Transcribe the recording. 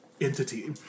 entity